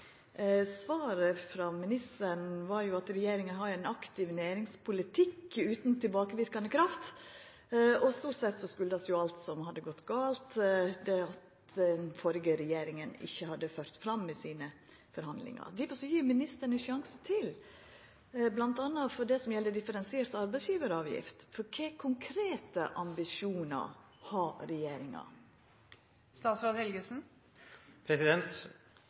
Svaret frå ministeren var at regjeringa har ein aktiv næringspolitikk utan tilbakeverkande kraft, og stort sett skuldast alt som hadde gått gale, at forhandlingane til den førre regjeringa ikkje hadde ført fram. Difor vil eg gje ministeren ein sjanse til å seia noko om det som bl.a. gjeld differensiert arbeidsgjevaravgift. Kva konkrete ambisjonar har regjeringa?